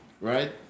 right